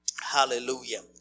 Hallelujah